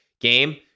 game